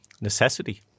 Necessity